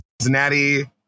Cincinnati